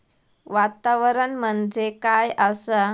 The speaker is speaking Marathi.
वातावरण म्हणजे काय आसा?